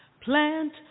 Plant